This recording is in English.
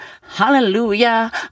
hallelujah